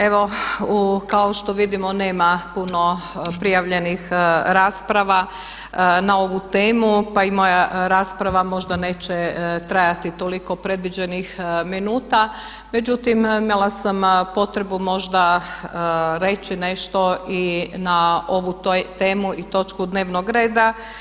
Evo kao što vidimo nema puno prijavljenih rasprava na ovu temu pa i moja rasprava možda neće trajati toliko predviđenih minuta međutim imala sam potrebu možda reći nešto i na ovu temu i točku dnevnog reda.